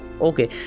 Okay